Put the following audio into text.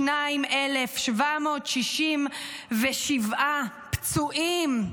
22,767 פצועים,